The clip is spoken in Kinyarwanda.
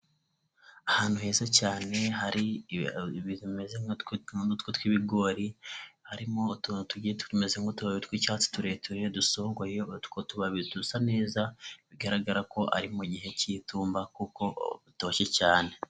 Ahantu heza cyane hari ibiti basaruriyeho ibigori ariko bigihagaze harimo kandi utuntu tu tumeze nk'utubari tw'icyatsi tureture tukaba dusongoye utwo tubabi dusa neza bigaragara ko ari mu gihe cy'itumba kuko dutoshye cyane.